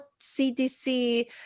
CDC